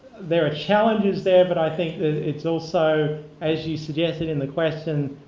there are challenges there, but i think it's also, as you suggested in the question,